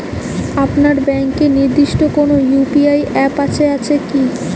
আপনার ব্যাংকের নির্দিষ্ট কোনো ইউ.পি.আই অ্যাপ আছে আছে কি?